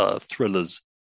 thrillers